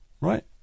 Right